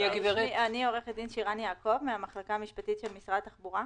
אני עורכת דין מן המחלקה המשפטית של משרד התחבורה.